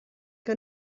que